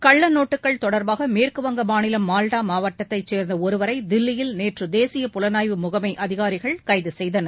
கள்ள நோட்டுகள் தொடர்பாக மேற்குவங்க மாநிலம் மால்டா மாவட்டத்தைச் சேர்ந்த ஒருவரை தில்லியில் நேற்று தேசிய புலனாய்வு முகமை அதிகாரிகள் கைது செய்தனர்